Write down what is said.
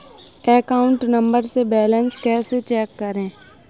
Account number से balance कैसे check करें?